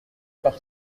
par